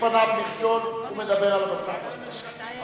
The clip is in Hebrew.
בפניו מכשול, הוא מדבר על בשר, מביאים סרטנים,